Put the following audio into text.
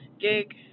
gig